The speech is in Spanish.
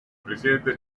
presidente